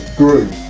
group